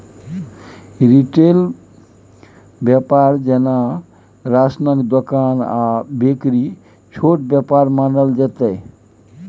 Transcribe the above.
retail बेपार जेना राशनक दोकान आ बेकरी छोट बेपार मानल जेतै